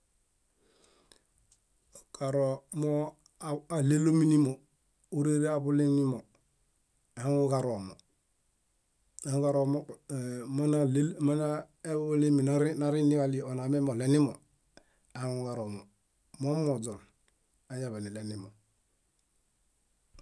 Karoo moo aw- áɭelominimo, órere aḃulinimo, ahaŋuġaromo, ahaŋuġaromo ée- mánaɭe- manaeḃulimi nariniġaɭi onameme oɭenimo, ahaŋuġaromo. Momoźon, añaḃaniɭenimo.